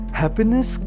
happiness